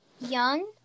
young